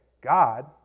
God